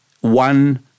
one